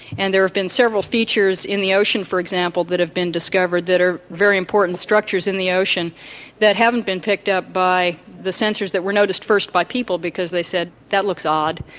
and there have been several features in the ocean, for example, that have been discovered that are very important structures in the ocean that haven't been picked up by the sensors, that were noticed first by people because they said that looks odd.